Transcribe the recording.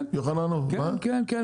כן, כן, כן.